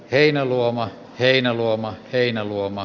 heinäluoma heinäluoma heinäluoma